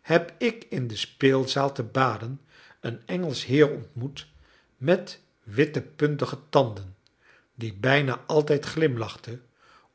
heb ik in de speelzaal te baden een engelsch heer ontmoet met witte puntige tanden die bijna altijd glimlachte